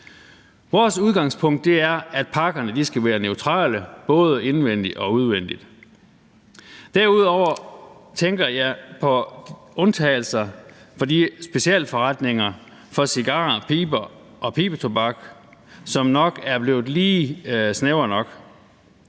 Vores udgangspunkt er, at pakkerne skal være neutrale, både indvendig og udvendig. Derudover tænker jeg på undtagelser for de specialforretninger for cigarer, piber og pibetobak, som nok er blevet lige snævre nok.